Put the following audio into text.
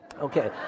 Okay